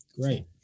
Great